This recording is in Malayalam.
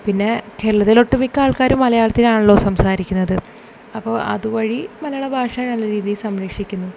പിന്നെ കേരളത്തിൽ ഒട്ടുമിക്ക ആൾക്കാരും മലയാളത്തിലാണല്ലോ സംസാരിക്കുന്നത് അപ്പോൾ അതുവഴി മലയാള ഭാഷ നല്ല രീതിയിൽ സംരക്ഷിക്കുന്നു